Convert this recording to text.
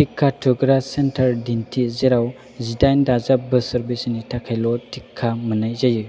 टिका थुग्रा सेन्टार दिन्थि जेराव जिदाइन दाजाब बोसोर बैसोनि थाखायल' टिका मोननाय जायो